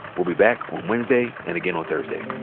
we'll be back on wednesday and again on thursday